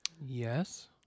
Yes